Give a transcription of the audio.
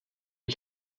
ich